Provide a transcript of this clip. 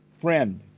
friend